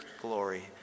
glory